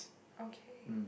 okay